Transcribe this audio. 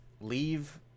Leave